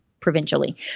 Provincially